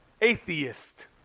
atheist